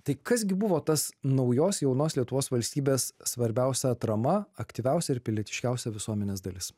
tai kas gi buvo tas naujos jaunos lietuvos valstybės svarbiausia atrama aktyviausia ir pilietiškiausia visuomenės dalis